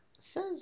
Says